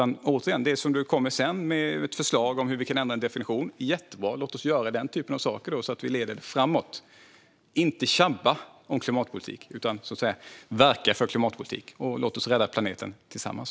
Återigen: Om du kommer med förslag om vi kan ändra definitionen är det jättebra. Låt oss göra den typen av saker så att vi leder klimatpolitiken framåt och verkar för den, inte käbblar om den. Låt oss rädda planeten tillsammans.